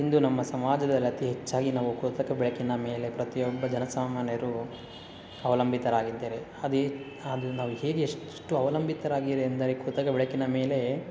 ಇಂದು ನಮ್ಮ ಸಮಾಜದಲ್ಲಿ ಅತಿ ಹೆಚ್ಚಾಗಿ ನಾವು ಕೃತಕ ಬೆಳಕಿನ ಮೇಲೆ ಪ್ರತಿಯೊಬ್ಬ ಜನಸಾಮಾನ್ಯರು ಅವಲಂಬಿತರಾಗಿದ್ದಾರೆ ಅದೇ ಆದ್ರೆ ನಾವು ಹೇಗೆ ಎಷ್ಟು ಅವಲಂಬಿತರಾಗಿರೆ ಎಂದರೆ ಕೃತಕ ಬೆಳಕಿನ ಮೇಲೆ